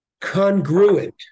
congruent